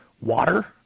water